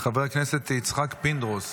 חבר הכנסת יצחק פינדרוס,